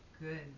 good